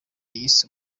yise